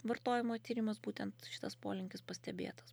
vartojimo tyrimas būtent šitas polinkis pastebėtas